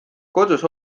kodus